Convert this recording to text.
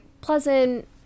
pleasant